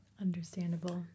Understandable